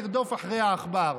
לרדוף אחרי העכבר.